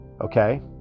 okay